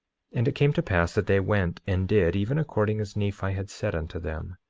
and it came to pass that they went and did, even according as nephi had said unto them.